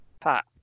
Pat